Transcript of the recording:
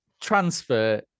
transfer